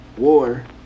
war